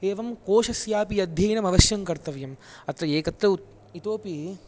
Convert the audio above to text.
एवं कोषस्यापि अध्ययनम् अवश्यं कर्तव्यम् अत्र एकत्र इतोऽपि